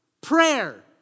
prayer